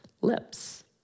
lips